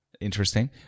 interesting